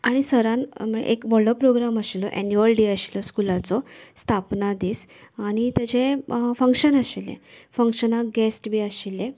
आनी सरान म्हळ्यार एक व्हडलो प्रोग्राम आशिल्लो एन्युअल डे आशिल्लो स्कुलाचो स्थापना दीस आनी तेचे फंक्शन आशिल्ले फंक्शनांक गेस्ट बी आशिल्ले